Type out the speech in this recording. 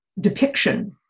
depiction